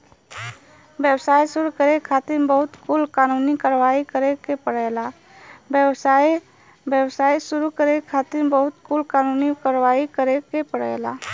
व्यवसाय शुरू करे खातिर बहुत कुल कानूनी कारवाही करे के पड़ेला